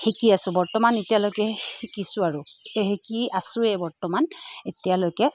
শিকি আছো বৰ্তমান এতিয়ালৈকে শিকিছোঁ আৰু এই শিকি আছোৱেই বৰ্তমান এতিয়ালৈকে